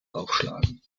aufschlagen